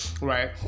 right